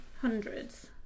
Hundreds